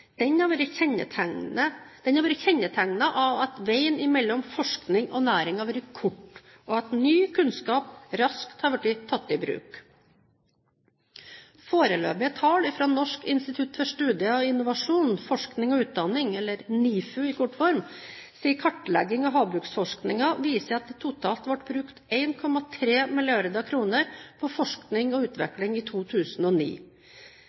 Den har vært kjennetegnet av at veien mellom forskning og næring har vært kort, og at ny kunnskap raskt har blitt tatt i bruk. Foreløpige tall fra en kartlegging av havbruksforskningen, utført av Nordisk institutt for studier av innovasjon, forskning og utdanning, NIFU, viser at det totalt ble brukt 1,3 mrd. kr på forskning og